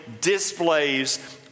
displays